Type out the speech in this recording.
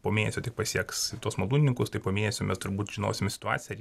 po mėnesio tik pasieks tuos malūnininkus tai po mėnesio mes turbūt žinosim situaciją